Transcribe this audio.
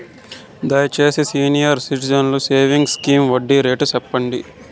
దయచేసి senior citizens savings scheme వడ్డీ rate సెప్పండి